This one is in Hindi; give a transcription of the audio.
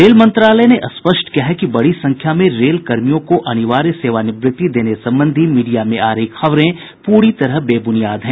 रेल मंत्रालय ने स्पष्ट किया है कि बड़ी संख्या में रेल कर्मियों को अनिवार्य सेवानिवृति देने संबंधी मीडिया में आ रही खबरें बेब्रनियाद हैं